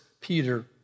Peter